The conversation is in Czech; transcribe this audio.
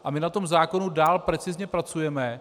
A my na tom zákonu dál precizně pracujeme.